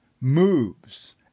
moves